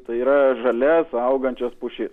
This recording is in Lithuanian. tai yra žalias augančias pušis